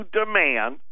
demand